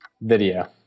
Video